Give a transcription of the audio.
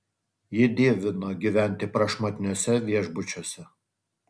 ji dievino gyventi prašmatniuose viešbučiuose